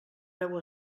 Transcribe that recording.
veu